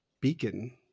beacon